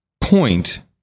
point